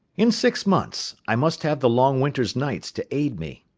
in six months i must have the long winter nights to aid me.